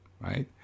right